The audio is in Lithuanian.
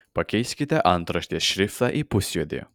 pakeiskite antraštės šriftą į pusjuodį